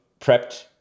prepped